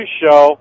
show